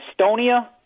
Estonia